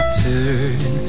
turn